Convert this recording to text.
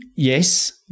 Yes